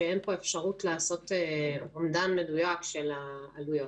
שאין פה אפשרות לעשות אומדן מדויק של העלויות.